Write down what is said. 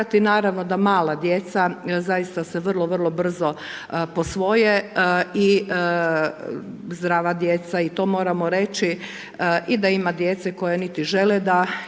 Naravno da mala djeca zaista se vrlo vrlo brzo posvoje i zdrava djeca i to moramo reći i da ima djece koja niti žele da